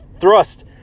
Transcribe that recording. thrust